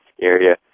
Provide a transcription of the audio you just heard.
area